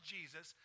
Jesus